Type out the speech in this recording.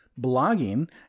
blogging